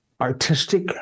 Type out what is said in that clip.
artistic